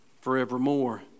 forevermore